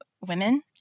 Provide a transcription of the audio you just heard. women